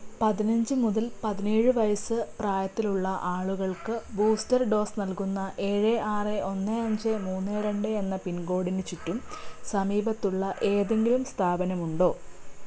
പതിനഞ്ച് മുതൽ പതിനേഴ് വയസ്സ് പ്രായത്തിലുള്ള ആളുകൾക്ക് ബൂസ്റ്റർ ഡോസ് നൽകുന്ന ഏഴ് ആറ് ഒന്ന് അഞ്ച് മൂന്ന് രണ്ട് എന്ന പിൻകോഡിന് ചുറ്റും സമീപത്തുള്ള ഏതെങ്കിലും സ്ഥാപനമുണ്ടോ